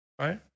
right